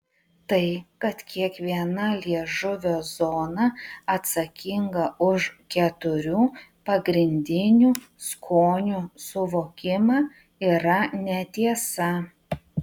tai kad kiekviena liežuvio zona atsakinga už keturių pagrindinių skonių suvokimą yra netiesa